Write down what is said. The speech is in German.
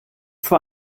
zwar